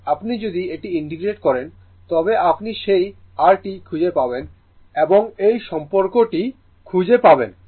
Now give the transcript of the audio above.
আপনি যদি এটি ইন্টিগ্রেট করেন তবে আপনি সেই r টি খুঁজে পাবেন এবং এই সম্পর্কটি ব্যবহার করবেন